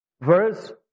verse